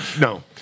No